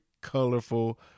colorful